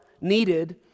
needed